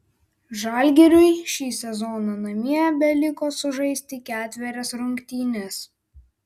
žalgiriui šį sezoną namie beliko sužaisti ketverias rungtynes